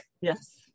Yes